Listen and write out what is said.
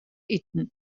iten